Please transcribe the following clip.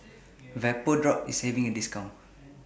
Vapodrops IS having A discount